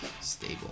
stable